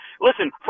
Listen